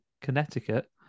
Connecticut